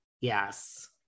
Yes